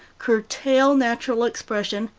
curtail natural expression,